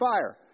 fire